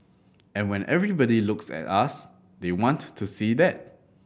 and when everybody looks at us they want to to see that